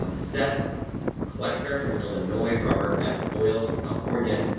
um seth kleckner from illinois, robert f. foyles from california,